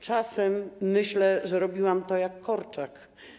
Czasem myślę, że robiłam to jak Korczak.